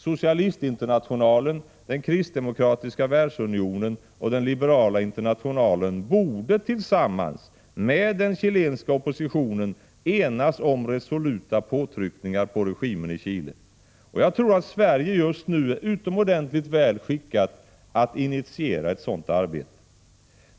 Socialistinternationalen, den kristdemokratiska världsunionen och den liberala internationalen borde tillsammans med den chilenska oppositionen enas om resoluta påtryckningar mot regimen i Chile, och jag tror att Sverige just nu är utomordentligt väl skickat att initiera ett sådant arbete.